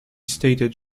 stated